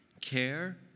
care